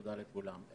תודה לכולם.